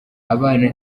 abana